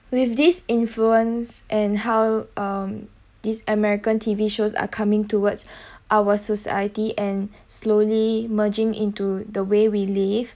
with this influence and how um this american T_V shows are coming towards our society and slowly merging into the way we live